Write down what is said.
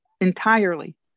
entirely